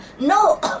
no